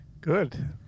Good